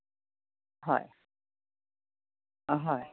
হয় হয়